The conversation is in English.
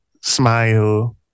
smile